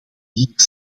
hier